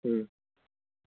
ꯎꯝ